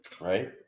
Right